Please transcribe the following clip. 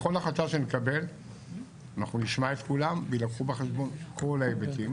בכל החלטה שנקבל אנחנו נשמע את כולם ויילקחו בחשבון כל ההיבטים.